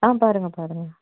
ஆ பாருங்க பாருங்க